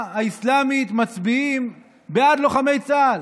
האסלאמית מצביעים בעד לוחמי צה"ל.